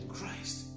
Christ